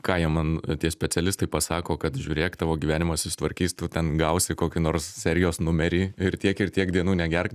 ką jie man tie specialistai pasako kad žiūrėk tavo gyvenimas susitvarkys tu ten gausi kokį nors serijos numerį ir tiek ir tiek dienų negerk